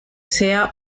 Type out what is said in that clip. sea